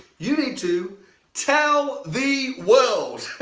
you need to tell the world.